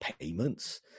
payments